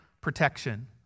protection